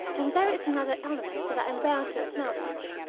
and there is another element that i am bound to acknowledge.